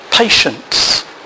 Patience